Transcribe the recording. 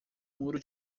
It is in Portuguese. muro